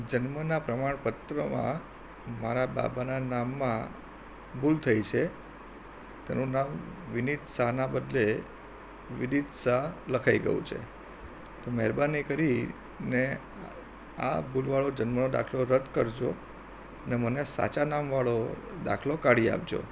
જન્મનાં પ્રમાણપત્રમાં મારા બાબાનાં નામમાં ભૂલ થઈ છે તેનું નામ વિનિત શાહના બદલે વિદિત શાહ લખાઈ ગયું છે તો મહેરબાની કરીને આ ભૂલવાળો જન્મનો દાખલો રદ કરજો અને મને સાચાં નામવાળો દાખલો કાઢી આપજો